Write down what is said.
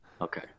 Okay